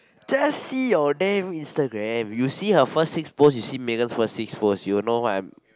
just see your name instagram you see her first six post you see Megan first six post you will know what I'm